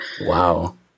Wow